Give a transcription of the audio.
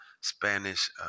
Spanish